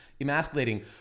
emasculating